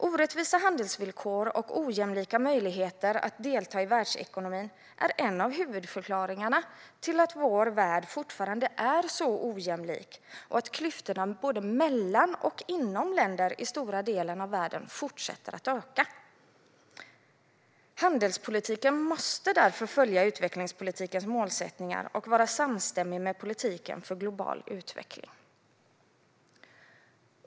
Orättvisa handelsvillkor och ojämlika möjligheter att delta i världsekonomin är några av huvudförklaringarna till att vår värld fortfarande är så ojämlik och att klyftorna mellan och inom länder i stora delar av världen fortsätter att växa. Handelspolitiken måste därför följa utvecklingspolitikens målsättningar och vara samstämmig med politiken för global utveckling.